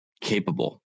capable